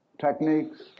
techniques